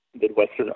Midwestern